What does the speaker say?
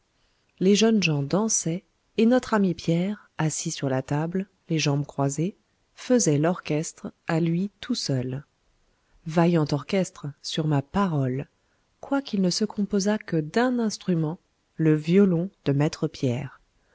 les jeunes gens dansaient et notre ami pierre assis sur la table les jambes croisées faisait l'orchestre à lui tout seul vaillant orchestre sur ma parole quoiqu'il ne se composât que d'un instrument le violon de maître pierre